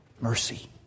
mercy